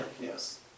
Yes